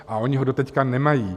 A oni ho doteď nemají.